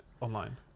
online